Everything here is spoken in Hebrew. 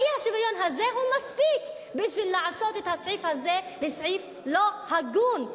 האי-שוויון הזה הוא מספיק בשביל לעשות את הסעיף הזה לסעיף לא הגון,